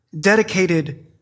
dedicated